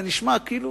זה נשמע כאילו